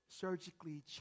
surgically